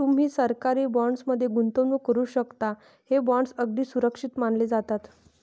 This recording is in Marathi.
तुम्ही सरकारी बॉण्ड्स मध्ये गुंतवणूक करू शकता, हे बॉण्ड्स अगदी सुरक्षित मानले जातात